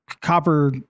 Copper